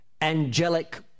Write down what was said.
angelic